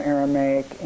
Aramaic